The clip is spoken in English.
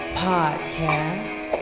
podcast